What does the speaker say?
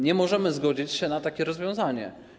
Nie możemy zgodzić się na takie rozwiązanie.